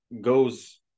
goes